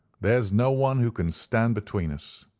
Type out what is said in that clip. there's no one who can stand between us.